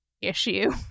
issue